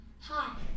Hi